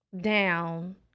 down